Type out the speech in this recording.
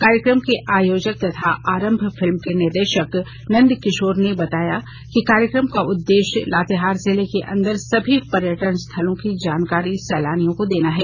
कार्यक्रम के आयोजक तथा आरंभ फिल्म के निदेशक नंदकिशोर ने बताया कि कार्यक्रम का उद्देश्य लातेहार जिले के अंदर सभी पर्यटन स्थलों की जानकारी सैलानियों को देना है